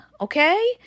Okay